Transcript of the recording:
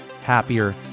happier